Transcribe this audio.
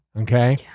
Okay